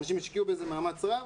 אנשים השקיעו בזה מאמץ רב